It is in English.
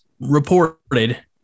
reported